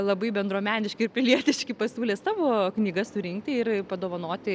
labai bendruomeniški ir pilietiški pasiūlė savo knygas surinkti ir padovanoti